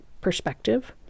perspective